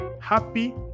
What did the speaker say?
happy